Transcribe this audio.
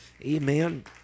Amen